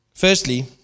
Firstly